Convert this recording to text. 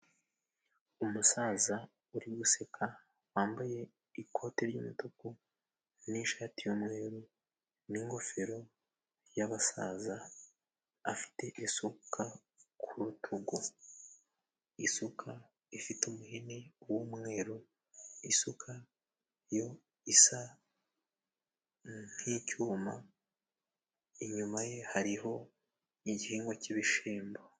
Umusaza uri guseka wambaye ikote ry'umutuku n'ishati y'umweru n'ingofero y'abasaza. Afite isuka ku rutugu, isuka ifite umuhini w'umweru. Isuka yo isa nk'icyuma, inyuma ye hariho igihingwa cy'ibishimbo.